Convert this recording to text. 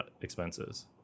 expenses